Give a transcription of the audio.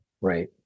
Right